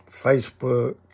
Facebook